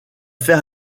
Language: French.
faire